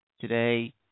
today